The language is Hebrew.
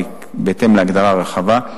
בהתאם להגדרה הרחבה.